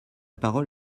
parole